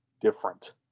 different